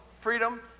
freedom